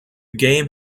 game